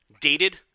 Dated